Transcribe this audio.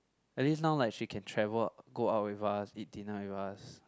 at least now like she can travel go out with us eat dinner with us